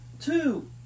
two